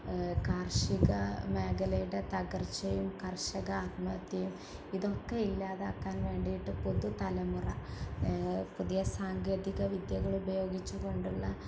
കാർഷിക മേഖലയുടെ തകർച്ചയും കർഷക ആത്മഹത്യയും ഇതൊക്കെ ഇല്ലാതാക്കാൻ വേണ്ടിയിട്ട് പുതുതലമുറ പുതിയ സാങ്കേതികവിദ്യകൾ ഉപയോഗിച്ചുകൊണ്ടുള്ള